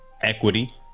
equity